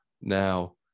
Now